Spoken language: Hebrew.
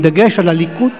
עם דגש על הליכוד,